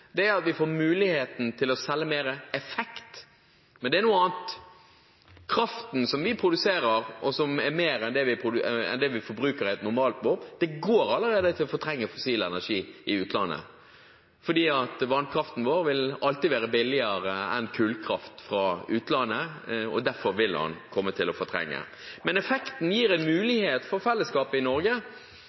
er at vi får muligheten til å selge mer effekt – men det er noe annet. Kraften som vi produserer, og som er mer enn det vi forbruker i et normalt år, går allerede til å fortrenge fossil energi i utlandet. Det er fordi vannkraften vår alltid vil være billigere enn kullkraft fra utlandet, og derfor vil den komme til å fortrenge fossil energi i utlandet. Men effekten gir en mulighet for fellesskapet i Norge.